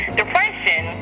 depression